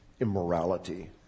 immorality